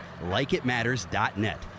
LikeItMatters.net